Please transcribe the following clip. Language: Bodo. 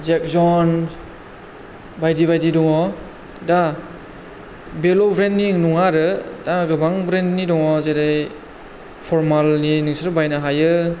जेक ज'न्स बायदि बायदि दङ दा बेल' ब्रेन्डनि नङा आरो दा गोबां ब्रेन्डनि दङ जेरै फरमालनि नोंसोरो बायनो हायो